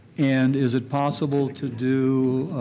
and is it possible to do